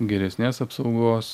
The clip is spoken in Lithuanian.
geresnės apsaugos